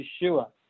Yeshua